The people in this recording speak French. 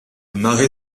mare